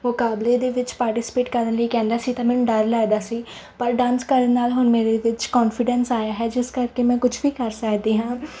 ਮੁਕਾਬਲੇ ਦੇ ਵਿੱਚ ਪਾਰਟੀਸਪੇਟ ਕਰਨ ਲਈ ਕਹਿੰਦਾ ਸੀ ਤਾਂ ਮੈਨੂੰ ਡਰ ਲੱਗਦਾ ਸੀ ਪਰ ਡਾਂਸ ਕਰਨ ਨਾਲ ਹੁਣ ਮੇਰੇ ਵਿੱਚ ਕੋਨਫੀਡੈਂਸ ਆਇਆ ਹੈ ਜਿਸ ਕਰਕੇ ਮੈਂ ਕੁਛ ਵੀ ਕਰ ਸਕਦੀ ਹਾਂ